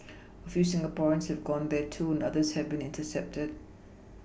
a few Singaporeans have gone there too and others have been intercepted